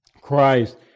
Christ